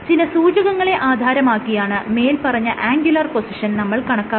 ചില സൂചകങ്ങളെ ആധാരമാക്കിയാണ് മേല്പറഞ്ഞ ആംഗുലർ പൊസിഷൻ നമ്മൾ കണക്കാക്കുന്നത്